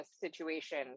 situation